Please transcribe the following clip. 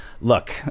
Look